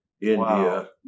India